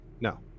No